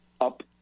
Up